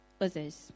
others